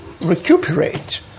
recuperate